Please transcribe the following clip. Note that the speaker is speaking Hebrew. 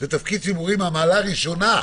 זה תפקיד ציבורי מהמעלה הראשונה,